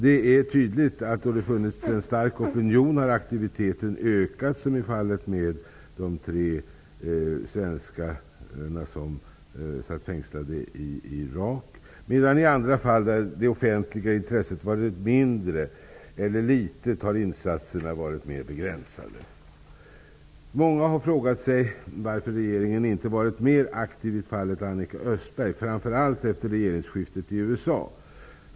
Det är tydligt att aktiviteten har ökat då det funnits en stark opinion, som i fallet med de tre svenskar som satt fängslade i Irak. I andra fall, där det offentliga intresset varit mindre eller litet, har insatserna varit mer begränsade. Många har frågat sig varför regeringen inte har varit mer aktiv i fallet Annika Östberg -- framför allt efter regeringsskiftet i USA.